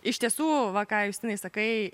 iš tiesų va ką justinai sakai